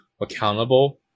accountable